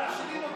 הם מכשילים אותך.